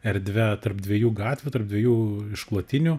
erdve tarp dviejų gatvių tarp dviejų išklotinių